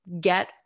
get